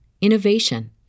innovation